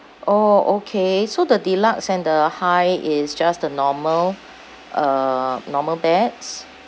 orh okay so the deluxe and the high is just the normal uh normal beds